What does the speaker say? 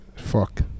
Fuck